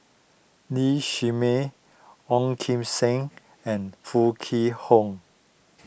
Lee Shermay Ong Kim Seng and Foo Kwee Horng